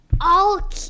I'll-